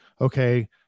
okay